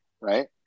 Right